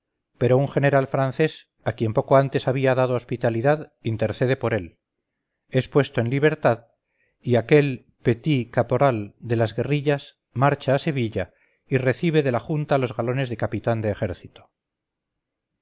pero un general francés a quien poco antes había dado hospitalidad intercede por él es puesto en libertad y aquel petit caporal de las guerrillas marcha a sevilla y recibe de la junta los galones de capitán de ejército